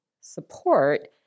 support